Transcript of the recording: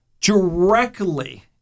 directly